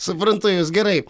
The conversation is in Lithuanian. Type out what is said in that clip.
suprantu jus gerai